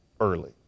early